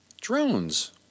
drones